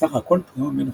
בסך הכל פונו ממנו